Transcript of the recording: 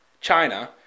China